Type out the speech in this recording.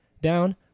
down